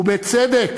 ובצדק: